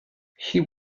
she